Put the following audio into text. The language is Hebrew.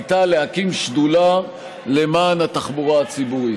הייתה להקים שדולה למען התחבורה הציבורית.